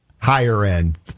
higher-end